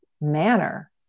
manner